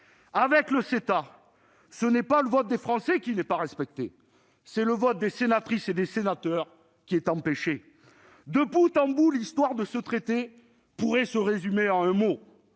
Avec le CETA, ce n'est pas le vote des Français qui n'est pas respecté, c'est celui des sénatrices et des sénateurs qui est empêché. De bout en bout, l'histoire de ce traité pourrait se résumer en un mot